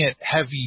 heavy